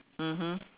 mmhmm